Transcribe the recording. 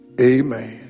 Amen